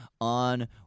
on